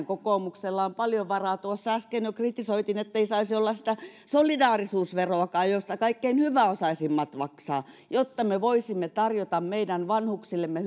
kokoomuksella on paljon varaa tuossa äsken jo kritisoitiin ettei saisi olla sitä solidaarisuusveroakaan jota kaikkein hyväosaisimmat maksavat jotta me voisimme tarjota meidän vanhuksillemme